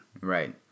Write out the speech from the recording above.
Right